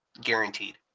guaranteed